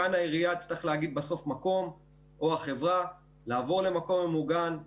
כאן העירייה או החברה יצטרכו למצוא את המקום הממוגן לעבור אליו,